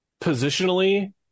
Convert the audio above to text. positionally